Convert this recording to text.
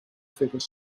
figure